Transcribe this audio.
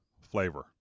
flavor